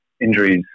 injuries